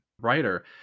writer